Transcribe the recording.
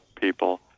people